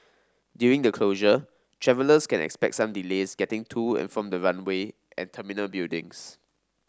during the closure travellers can expect some delays getting to and from the runway and terminal buildings